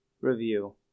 review